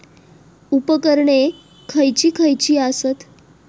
उपकरणे खैयची खैयची आसत?